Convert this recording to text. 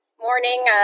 morning